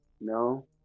No